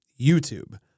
YouTube